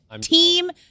team